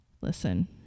Listen